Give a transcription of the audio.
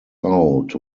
out